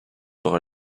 par